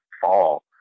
fall